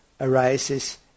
arises